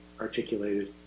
articulated